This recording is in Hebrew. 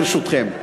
ברשותכם.